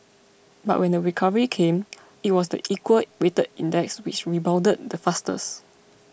but when the recovery came it was the equal weighted index which rebounded the fastest